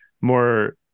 more